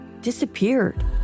disappeared